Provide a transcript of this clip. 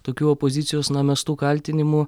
tokių opozicijos na mestų kaltinimų